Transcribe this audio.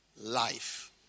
life